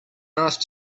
asked